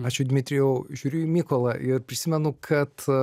ačiū dmitrijau žiūriu į mykolą ir prisimenu kad